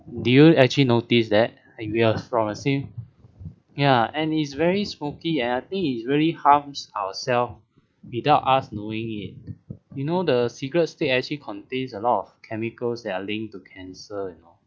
do you actually notice that we are from the same ya and is very smoky and I think it really harms ourselves without us knowing it you know the cigarette stick actually contains a lot of chemicals that are linked to cancer you know